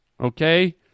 Okay